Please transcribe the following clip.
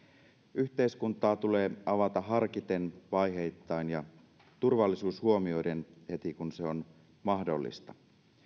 yhteiskuntaa tulee avata harkiten vaiheittain ja turvallisuus huomioiden heti kun se on mahdollista